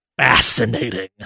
fascinating